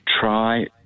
Try